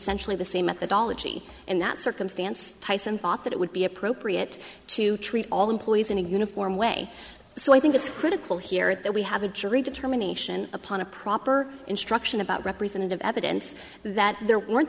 sentially the same methodology in that circumstance tyson thought that it would be appropriate to treat all employees in a uniform way so i think it's critical here that we have a jury determination upon a proper instruction about representative evidence that there weren't